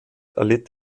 erlitt